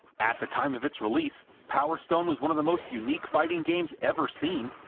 at the time of its release power stone was one of the most unique fighting games ever seen,